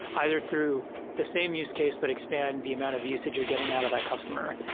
either through the same use case, but expand the amount of usage you're getting out of that customer,